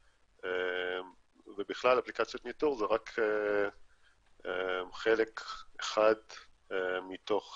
ובכלל אפליקציות ניטור זה רק חלק אחד מתוך